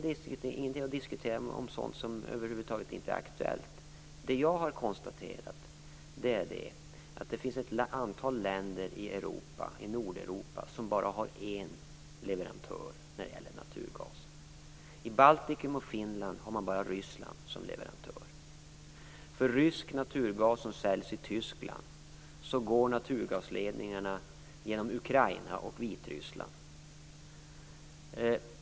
Det är ingen idé att diskutera sådant som över huvud taget inte är aktuellt. Det jag har konstaterat är att det finns ett antal länder i Nordeuropa som bara har en leverantör när det gäller naturgas. I Baltikum och Finland har man bara Ryssland som leverantör. För rysk naturgas som säljs i Tyskland går naturgasledningarna genom Ukraina och Vitryssland.